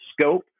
scope